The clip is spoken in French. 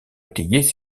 étayer